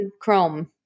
Chrome